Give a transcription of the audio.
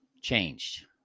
changed